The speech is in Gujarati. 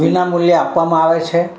વીના મૂલ્યે આપવામાં આવે છે